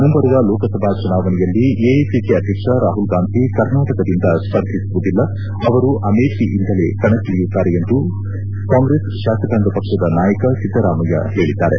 ಮುಂಬರುವ ಲೋಕಸಭಾ ಚುನಾವಣೆಯಲ್ಲಿ ಎಐಸಿಸಿ ಅಧ್ಯಕ್ಷ ರಾಹುಲ್ ಗಾಂಧಿ ಕರ್ನಾಟಕದಿಂದ ಸ್ಪರ್ಧಿಸುವುದಿಲ್ಲ ಅವರು ಅಮೇಥಿಯಿಂದಲೇ ಕಣಕ್ಕಿಳಿಯುತ್ತಾರೆ ಎಂದು ಕಾಂಗ್ರೆಸ್ ಶಾಸಕಾಂಗ ಪಕ್ಷದ ನಾಯಕ ಸಿದ್ದರಾಮಯ್ತ ಹೇಳಿದ್ದಾರೆ